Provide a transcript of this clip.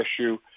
issue